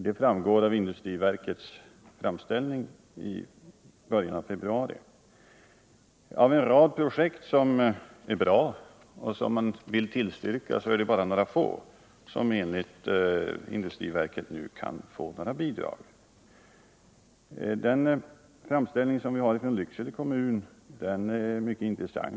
Det framgår av industriverkets framställning i början av februari. Av en rad projekt som är bra och som man vill tillstyrka är det bara några få som enligt industriverket nu kan få några bidrag. Den framställning som kommit från Lycksele kommun är mycket intressant.